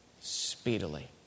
Speedily